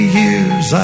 years